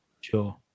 Sure